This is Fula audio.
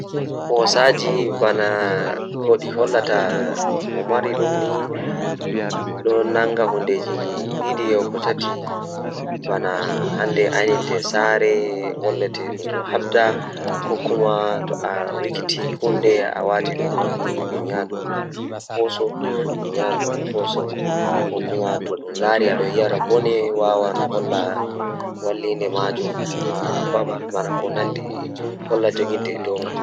Ah ndikka himɓe maraa ɓikkon Ko sabu ngal, warti ɓe heɓata moƴƴi e laawol e soodun nder ɗam, hokkataa e fowru e tawti laawol, jeyaaɓe e waɗtude caɗeele. Ko tawa warti ɓe heɓata moƴƴi e maɓɓe e laawol ngal tawa kuutorde kafooje ɓe, yaafa ɓe njogi saɗde e heɓuɓe. Warti wondi kaɓɓe njahi loowaaji ngam jooɗuɓe ɗe waawataa e waɗtuɗe ko wi'a e waɗtude.